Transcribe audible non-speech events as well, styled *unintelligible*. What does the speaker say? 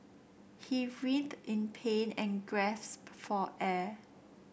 he writhed in pain and *unintelligible* for air